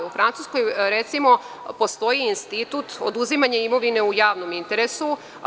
U Francuskoj recimo postoji institut oduzimanja imovine u javnom interesu.